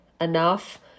enough